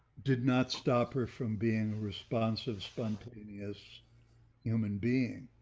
did not stop her from being responsive, spontaneous human being.